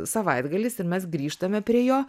savaitgalis ir mes grįžtame prie jo